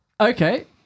Okay